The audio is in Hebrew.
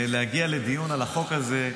להגיע לדיון על החוק הזה,